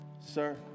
sir